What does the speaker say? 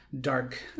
dark